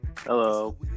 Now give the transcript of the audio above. hello